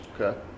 Okay